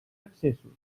accessos